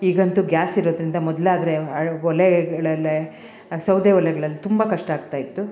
ಈಗಂತೂ ಗ್ಯಾಸ್ ಇರೋದರಿಂದ ಮೊದಲಾದ್ರೆ ಒಲೆಗಳಲ್ಲೆ ಆ ಸೌದೆ ಒಲೆಗಳಲ್ಲಿ ತುಂಬ ಕಷ್ಟ ಆಗ್ತಾ ಇತ್ತು